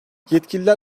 yetkililer